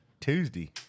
Tuesday